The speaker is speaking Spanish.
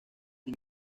sin